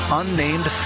unnamed